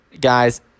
guys